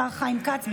השר חיים כץ,